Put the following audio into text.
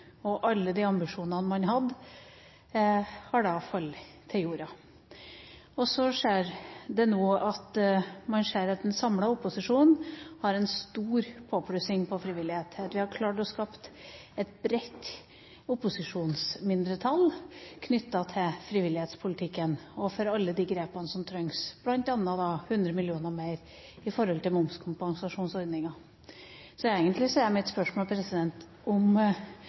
har alle ambisjonene man hadde, falt til jorda. Så ser man nå at en samlet opposisjon har en stor påplussing på frivillighet, at vi har klart å skape et bredt opposisjonsmindretall knyttet til frivillighetspolitikken og for alle de grepene som trengs, bl.a. 100 mill. kr mer i forbindelse med momskompensasjonsordningen. Egentlig er mitt spørsmål: